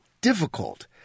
Difficult